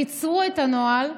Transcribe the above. קיצרו את הנוהל,